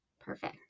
Perfect